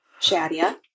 Shadia